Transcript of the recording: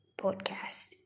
podcast